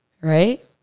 Right